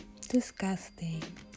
disgusting